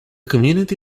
community